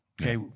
Okay